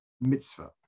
mitzvah